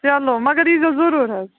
چلو مگر ییٖزیٚو ضروٗر حظ